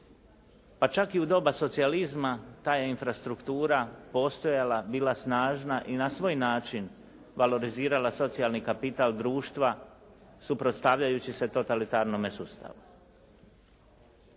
pa čak i u doba socijalizma ta je infrastruktura postojala, bila snažna i na svoj način valorizirala socijalni kapital društva suprotstavljajući se totalitarnome sustavu.